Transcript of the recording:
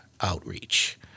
outreach